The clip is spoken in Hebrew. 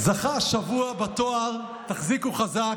זכה השבוע בתור, תחזיקו חזק,